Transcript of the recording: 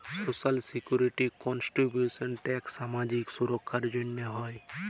social security contributions tax সামাজিক সুরক্ষার জ্যনহে হ্যয়